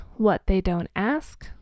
whattheydon'task